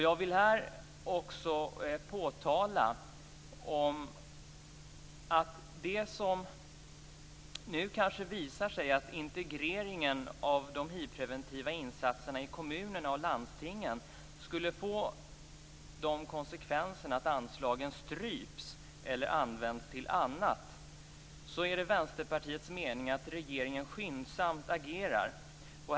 Jag vill här också påtala att om det visar sig att integreringen av de hivpreventiva insatserna i kommunerna och landstingen skulle få som konsekvens att anslagen stryps eller används till annat, så är det Vänsterpartiets mening att regeringen skyndsamt bör agera.